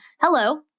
hello